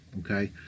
okay